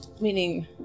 meaning